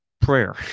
prayer